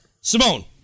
Simone